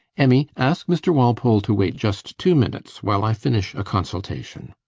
emmy ask mr. walpole to wait just two minutes, while i finish a consultation.